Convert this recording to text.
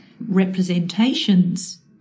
representations